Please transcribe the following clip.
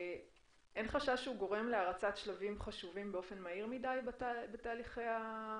אין חשש שהוא גורם להרצת שלבים חשובים באופן מהיר מדי בתהליכי הניסויים,